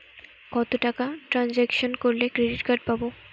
কত টাকা ট্রানজেকশন করলে ক্রেডিট কার্ড পাবো?